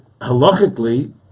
halachically